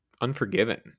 unforgiven